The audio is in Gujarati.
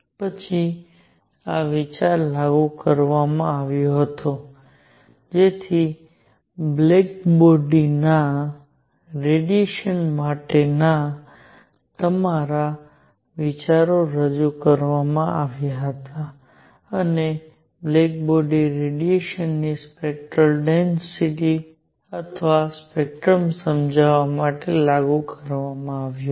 પછી આ વિચાર લાગુ કરવામાં આવ્યો હતો જેથી બ્લેક બોડી ના રેડિયેશન ની સ્પેક્ટરલ ડેન્સિટિ અથવા સ્પેક્ટ્રમ સમજાવવા માટે લાગુ કરવામાં આવ્યો